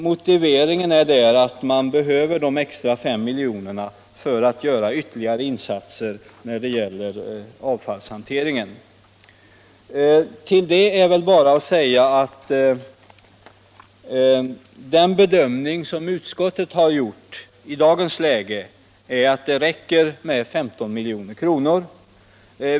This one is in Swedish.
Motiveringen är att man behöver de extra 5 miljonerna för att göra ytterligare insatser när det gäller avfallshanteringen. Till det är väl bara att säga att den bedömning som utskottet har gjort är att det i dagens läge räcker med 15 milj.kr.